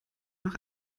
noch